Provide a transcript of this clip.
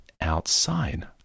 outside